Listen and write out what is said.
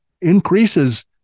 increases